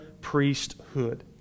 priesthood